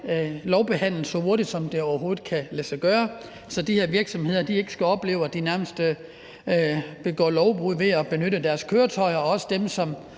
lovbehandlet så hurtigt, som det overhovedet kan lade sig gøre – så de her virksomheder ikke skal opleve, at de nærmest begår lovbrud ved at benytte deres køretøjer, og så de, som